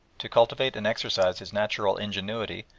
to cultivate and exercise his natural ingenuity,